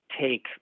take